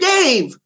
Dave